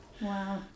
Wow